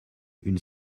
une